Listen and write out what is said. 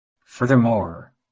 Furthermore